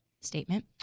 statement